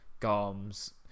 garms